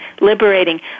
liberating